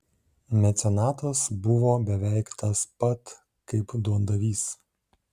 mecenatas buvo beveik tas pat kaip duondavys